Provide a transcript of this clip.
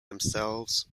themselves